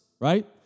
right